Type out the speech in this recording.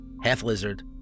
half-lizard